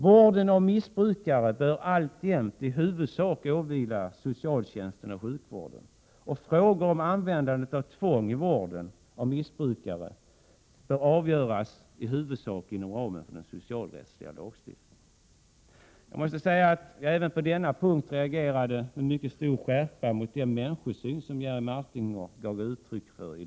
Vården av missbrukare bör alltjämt i huvudsak åvila socialtjänsten och sjukvården, och frågor om användande av tvång i vården av missbrukare bör avgöras i huvudsak inom ramen för den socialrättsliga lagstiftningen. Även på denna punkt reagerade jag med mycket stor skärpa mot den människosyn som Jerry Martinger gav uttryck för.